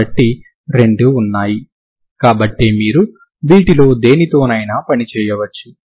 కాబట్టి రెండూ ఉన్నాయి కాబట్టి మీరు వీటిలో దేనితోనైనా పని చేయవచ్చు